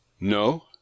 No